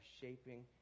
shaping